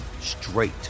straight